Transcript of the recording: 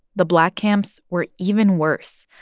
the black camps were even worse.